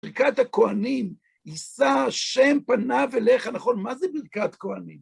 ברכת הכהנים, ישא השם פניו אליך, נכון? מה זה ברכת כהנים?